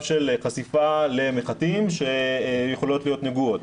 של חשיפה למחטים שיכולות להיות נגועות.